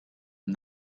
and